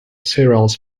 cereals